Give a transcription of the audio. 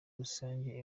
rusange